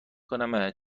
کنم